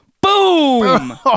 Boom